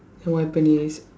then what happen is